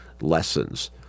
lessons